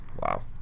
Wow